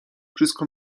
wszystko